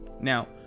Now